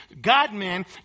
God-man